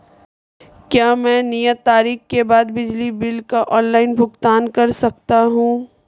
क्या मैं नियत तारीख के बाद बिजली बिल का ऑनलाइन भुगतान कर सकता हूं?